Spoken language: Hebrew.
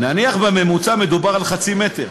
נניח שבממוצע מדובר על חצי מטר,